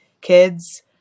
kids